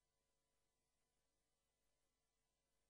אבל